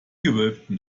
gewölbten